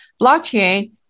blockchain